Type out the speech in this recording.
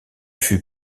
fut